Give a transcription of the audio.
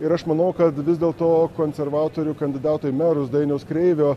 ir aš manau kad vis dėlto konservatorių kandidatų į merus dainiaus kreivio